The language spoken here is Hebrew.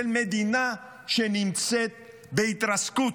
של מדינה שנמצאת בהתרסקות,